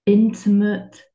intimate